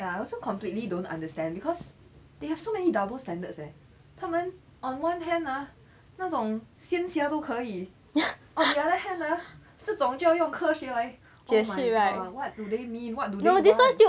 ya I also completely don't understand because they have so many double standards leh 他们 on one hand ah 那种仙侠都可以 on the other hand ah 这种就要用科学来 right oh my god what do they mean what do they want